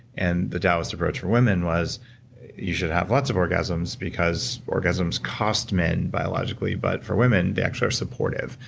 and the taoist approach for women was you should have lots of orgasms, because orgasms cost men biologically but for women they actually are supportive.